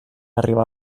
arribar